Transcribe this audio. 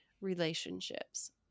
relationships